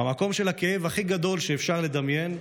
במקום של הכאב הכי גדול שאפשר לדמיין,